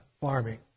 farming